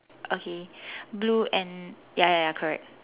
okay blue and ya ya ya correct